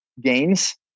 gains